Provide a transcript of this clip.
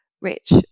Rich